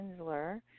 Kinsler